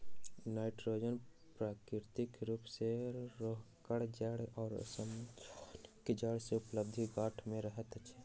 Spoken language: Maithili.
नाइट्रोजन प्राकृतिक रूप सॅ राहैड़क जड़ि आ सजमनिक जड़ि मे उपस्थित गाँठ मे रहैत छै